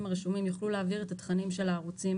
הרשומים יוכלו להעביר את התכנים של הערוצים